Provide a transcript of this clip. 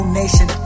nation